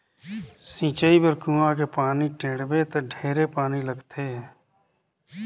सिंचई बर कुआँ के पानी टेंड़बे त ढेरे पानी लगथे